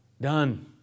Done